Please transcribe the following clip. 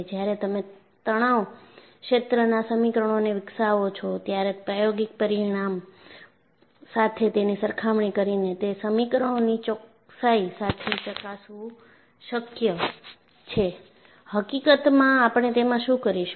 જ્યારે તમે તણાવ ક્ષેત્રના સમીકરણોને વિકસાવો છો ત્યારે પ્રાયોગિક પરિણામ સાથે તેની સરખામણી કરીને તે સમીકરણોની ચોકસાઈ સાથે ચકાસવું શક્ય છે હકીકતમાં આપણે તેમાં શું કરીશું